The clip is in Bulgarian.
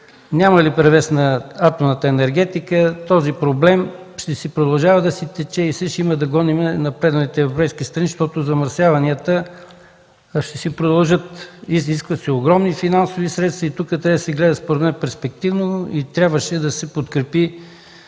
няма ли превес на атомната енергетика, този проблем ще продължава да си тече и все ще има да гоним напредналите европейски страни, защото замърсяванията ще си продължат. Изискват се огромни финансови средства и тук, трябва да се гледа, според мен перспективно и трябваше да се подкрепи